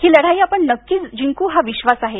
ही लढाई आपण नक्कीच जिंकू हा विश्वास आहे